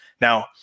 Now